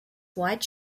wide